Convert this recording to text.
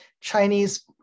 Chinese